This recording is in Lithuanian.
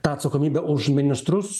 tą atsakomybę už ministrus